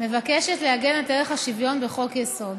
מבקשת לעגן את ערך השוויון בחוק-יסוד.